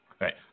Right